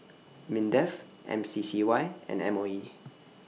Mindef M C C Y and M O E